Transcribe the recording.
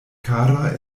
kara